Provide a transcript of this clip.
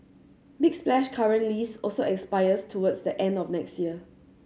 big Splash's current lease also expires towards the end of next year